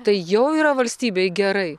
tai jau yra valstybei gerai